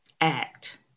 Act